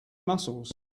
muscles